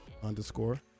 underscore